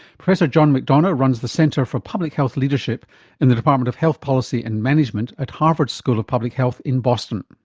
professor john mcdonough runs the center for public health leadership in the department of health policy and management at harvard school of public health in boston.